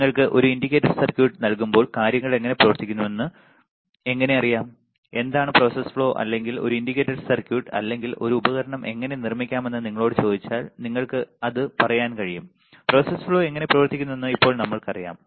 നിങ്ങൾക്ക് ഒരു indicator circuit നൽകുമ്പോൾ കാര്യങ്ങൾ എങ്ങനെ പ്രവർത്തിക്കുന്നുവെന്ന് എങ്ങനെ അറിയാം എന്താണ് പ്രോസസ് ഫ്ലോ അല്ലെങ്കിൽ ഒരു ഇൻഡിക്കേറ്റർ സർക്യൂട്ട് അല്ലെങ്കിൽ ഒരു ഉപകരണം എങ്ങനെ നിർമ്മിക്കാമെന്ന് നിങ്ങളോട് ചോദിച്ചാൽ നിങ്ങൾക്ക് അത് പറയാൻ കഴിയും പ്രോസസ്സ് ഫ്ലോ എങ്ങനെ പ്രവർത്തിക്കുന്നുവെന്ന് ഇപ്പോൾ നമുക്കറിയാം